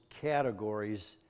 categories